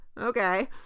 Okay